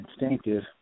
instinctive